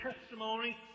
testimony